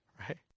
Right